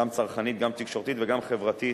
גם צרכנית, גם תקשורתית וגם חברתית,